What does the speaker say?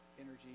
energy